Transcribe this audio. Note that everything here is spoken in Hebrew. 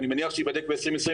ואני מניח שייבדק ב-2024,